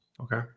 Okay